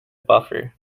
buffer